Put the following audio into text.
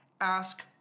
ask